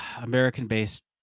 American-based